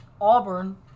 Auburn